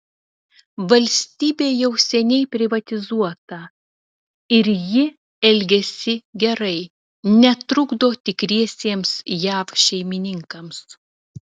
valstybė jau seniai privatizuota ir ji elgiasi gerai netrukdo tikriesiems jav šeimininkams